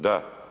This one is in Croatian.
Da.